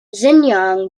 xinjiang